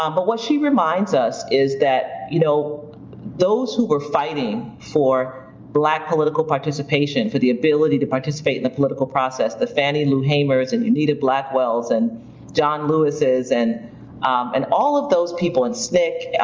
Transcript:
um but what she reminds us is that you know those who were fighting for black political participation, for the ability participate in the political process, the fannie lou hamers, and unita blackwells. and john lewises, and um and all of those people in sncc,